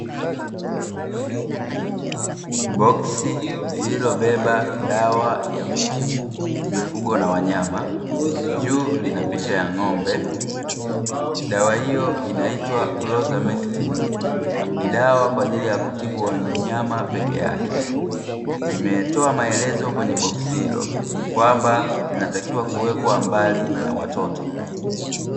Boksi lililobeba dawa ya kutibu mifugo na wanyama juu lina picha ya ng'ombe, dawa hiyo inaitwa "Closamectin". Ni dawa kwa ajili ya kutibu wanyama peke yake, limetoa maelezo kwenye boksi hilo kwamba linatakiwa kuwekwa mbali na watoto.